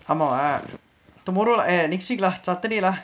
ஆமாவா:aamaavaa tomorrow ah next week saturday lah